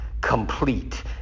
complete